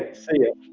see you.